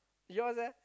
you all there